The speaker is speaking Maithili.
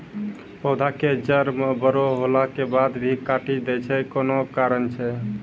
पौधा के जड़ म बड़ो होला के बाद भी काटी दै छै कोन कारण छै?